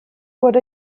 wurde